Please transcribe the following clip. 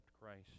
Christ